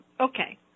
okay